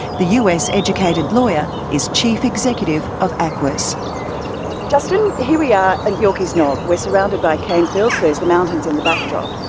the us-educated lawyer is chief executive of aquis justin, here we are at yorkeys knob, we're surrounded by cane fields, there's the mountains in the backdrop.